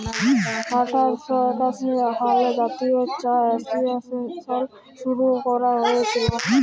আঠার শ একাশি সালে ভারতীয় চা এসোসিয়েশল শুরু ক্যরা হঁইয়েছিল